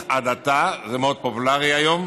'הדתה' מכוון" זה מאוד פופולרי היום,